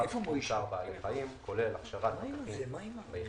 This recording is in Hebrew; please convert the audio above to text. בעניין צער בעלי חיים כולל הכשרת פקחים ליחידה,